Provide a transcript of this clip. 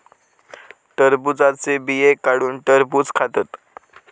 टरबुजाचे बिये काढुन टरबुज खातत